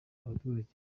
abaturage